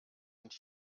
und